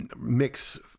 mix